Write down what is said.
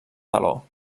teló